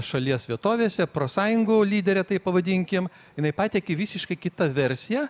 šalies vietovėse profsąjungų lyderė taip pavadinkim jinai pateikė visiškai kitą versiją